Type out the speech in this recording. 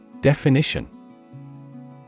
Definition